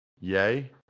Yay